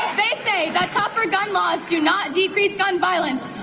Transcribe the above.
they say that tougher gun laws do not decrease gun violence.